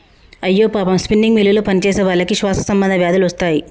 అయ్యో పాపం స్పిన్నింగ్ మిల్లులో పనిచేసేవాళ్ళకి శ్వాస సంబంధ వ్యాధులు వస్తాయి